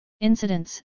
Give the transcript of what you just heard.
incidents